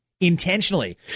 intentionally